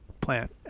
plant